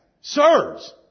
Sirs